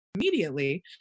immediately